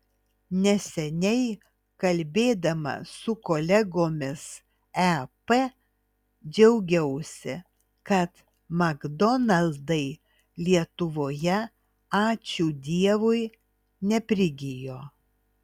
neseniai kalbėdama su kolegomis ep džiaugiausi kad makdonaldai lietuvoje ačiū dievui neprigijo